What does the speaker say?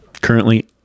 Currently